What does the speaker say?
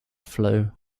flow